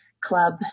club